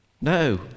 No